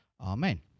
amen